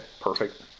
perfect